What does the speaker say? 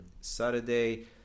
Saturday